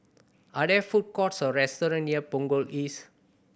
are there food courts or restaurant near Punggol East